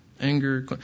anger